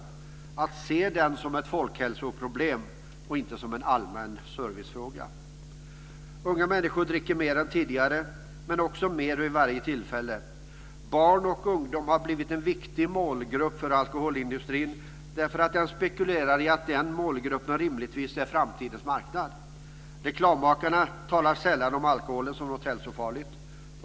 Det gäller att se den som ett folkhälsoproblem och inte som en allmän servicefråga. Unga människor dricker mer än tidigare, men också mer vid varje tillfälle. Barn och ungdom har blivit en viktig målgrupp för alkoholindustrin eftersom den spekulerar i att denna målgrupp rimligtvis är framtidens marknad. Reklammakarna talar sällan om alkoholen som något hälsofarligt.